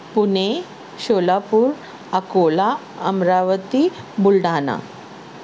Pune Sholapur Akola Amravati Buldhana